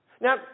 Now